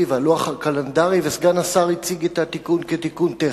והלוח הקלנדרי וסגן השר הציג את התיקון כתיקון טכני.